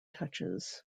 touches